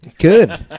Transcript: Good